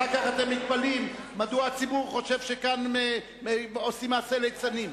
אחר כך אתם מתפלאים מדוע הציבור חושב שכאן עושים מעשה ליצנים.